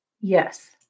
Yes